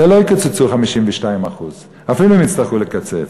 בזה לא יקצצו 52%, אפילו אם יצטרכו לקצץ.